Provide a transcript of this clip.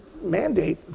mandate